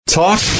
talk